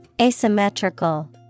Asymmetrical